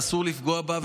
ואסור לפגוע בה,